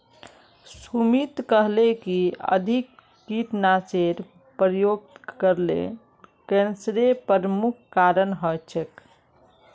सुमित कहले कि अधिक कीटनाशेर प्रयोग करले कैंसरेर प्रमुख कारण हछेक